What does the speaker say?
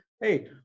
hey